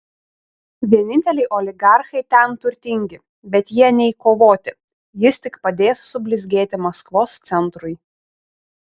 vieninteliai oligarchai ten turtingi bet jie nei kovoti jis tik padės sublizgėti maskvos centrui